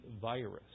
virus